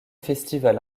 festival